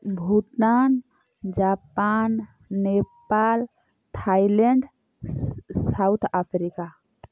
Bhutan Japan Nepal Thailand South Africa